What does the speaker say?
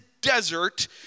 desert